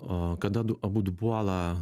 o kada du abudu puola